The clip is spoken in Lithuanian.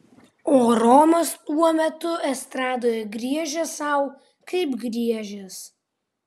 o romas tuo metu estradoje griežė sau kaip griežęs